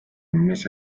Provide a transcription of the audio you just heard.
mis